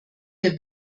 der